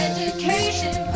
Education